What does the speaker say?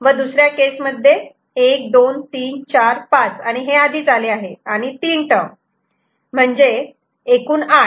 व दुसऱ्या केसमध्ये 1 2 3 4 5 आणि हे आधीच आले आहे आणि 3 टर्म म्हणजेच एकूण 8